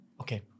Okay